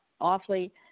awfully